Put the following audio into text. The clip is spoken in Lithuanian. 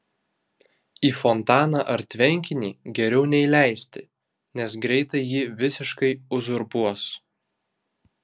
į fontaną ar tvenkinį geriau neįleisti nes greitai jį visiškai uzurpuos